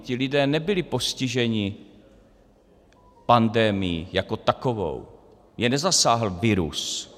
Ti lidé nebyli postiženi pandemií jako takovou, je nezasáhl virus.